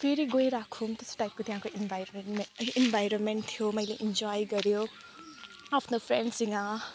फेरि गइराखौँ त्यस टाइपको त्यहाँको इन्भारोमेन्ट इन्भारोमेन्ट थियो मैले इन्जोय गर्यो आफ्नो फ्रेन्डसँग